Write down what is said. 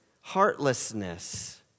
heartlessness